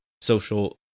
social